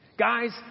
Guys